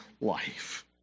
life